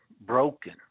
broken